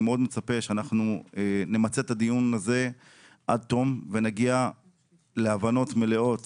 מאוד מצפה שאנחנו נמצה את הדיון עד תום ונגיע להבנות מלאות